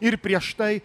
ir prieš tai